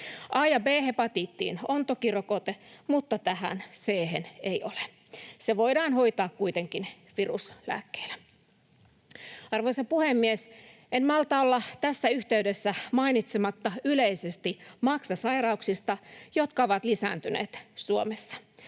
A- ja B-hepatiittiin on toki rokote, mutta tähän C:hen ei ole. Se voidaan hoitaa kuitenkin viruslääkkeillä. Arvoisa puhemies! En malta olla tässä yhteydessä mainitsematta yleisesti maksasairauksista, jotka ovat lisääntyneet Suomessa.